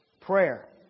prayer